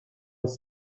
биз